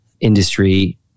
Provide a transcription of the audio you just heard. industry